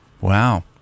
Wow